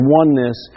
oneness